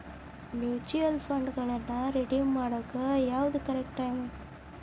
mutual ಫಂಡ್ಗಳನ್ನ redeem ಮಾಡಾಕ ಯಾವ್ದು ಕರೆಕ್ಟ್ ಟೈಮ್